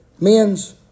men's